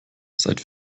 seit